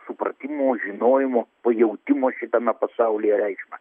supratimo žinojimo pajautimo šitame pasaulyje reikšmę